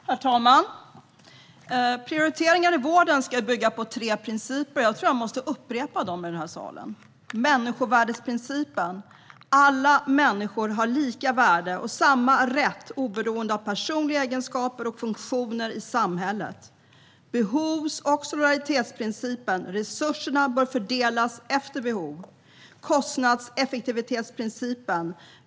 Herr talman! Prioriteringar i vården ska bygga på tre principer. Jag tror att jag måste upprepa dem i den här salen. Det handlar om människovärdesprincipen, att alla människor har lika värde och samma rätt oberoende av personliga egenskaper och funktioner i samhället. Det handlar om behovs och solidaritetsprincipen, att resurserna bör fördelas efter behov. Och det handlar om kostnadseffektivitetsprincipen.